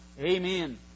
Amen